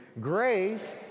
Grace